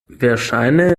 verŝajne